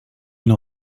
n’en